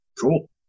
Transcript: Cool